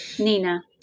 Nina